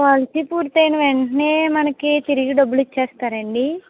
policy పూర్తయిన వెంటనే మనకి తిరిగి డబ్బులు ఇచ్చేస్తారండి